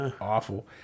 awful